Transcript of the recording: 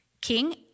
king